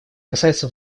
касается